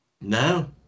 No